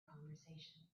conversation